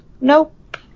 Nope